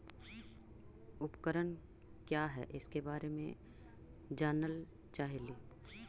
उपकरण क्या है इसके बारे मे जानल चाहेली?